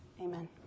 Amen